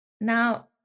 Now